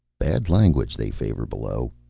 bad language they favor below,